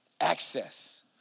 access